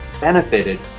benefited